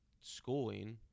schooling